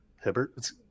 Hibbert